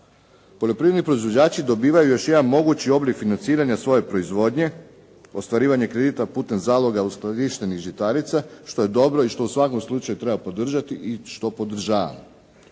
Poljoprivredni proizvođači dobivaju još jedan mogući oblik financiranja svoje proizvodnje, ostvarivanje kredita putem zaloga uskladištenih žitarica što je dobro i što u svakom slučaju treba podržati i što podržavam.